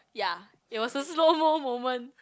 ya it was a slow mode moment